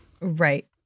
Right